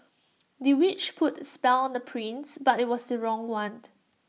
the witch put A spell on the prince but IT was the wrong one